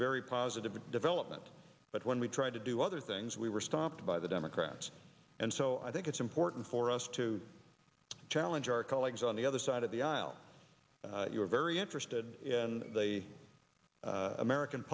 very positive development but when we tried to do what things we were stopped by the democrats and so i think it's important for us to challenge our colleagues on the other side of the aisle you are very interested in the american